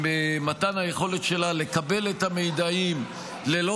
עם מתן היכולת שלה לקבל את המידע ללא